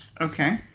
okay